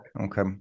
Okay